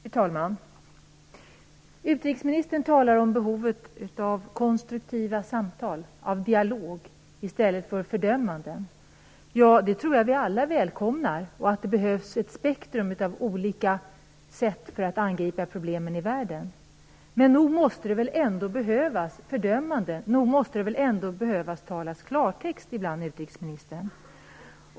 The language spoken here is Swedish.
Fru talman! Utrikesministern talar om behovet av konstruktiva samtal - av dialog i stället för fördömanden. Det tror jag att vi alla välkomnar. Det behövs ett spektrum av olika sätt att angripa problemen i världen. Men nog måste det ändå behövas fördömanden? Nog måste det ändå behövas talas klartext ibland, utrikesministern?